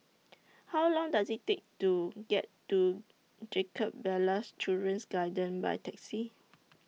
How Long Does IT Take to get to Jacob Ballas Children's Garden By Taxi